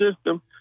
system